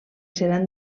seran